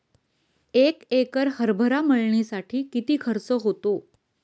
एक एकर हरभरा मळणीसाठी किती खर्च होतो?